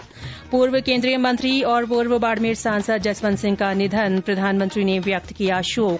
्र पूर्व केन्द्रीय मंत्री और पूर्व बाडमेर सांसद जसवन्त सिंह का निधन प्रधानमंत्री ने व्यक्त किया शोक